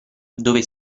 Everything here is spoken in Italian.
dove